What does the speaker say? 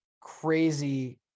crazy